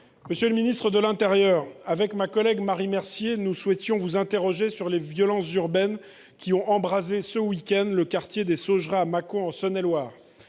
Monsieur le ministre de l’intérieur, ma collègue Marie Mercier et moi même souhaitons vous interroger sur les violences urbaines qui ont embrasé ce week end le quartier des Saugeraies à Mâcon, en Saône et Loire.